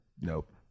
nope